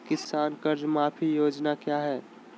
किसान कर्ज माफी योजना क्या है?